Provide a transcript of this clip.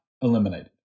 eliminated